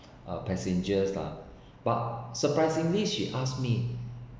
uh passengers ah but surprisingly she asked me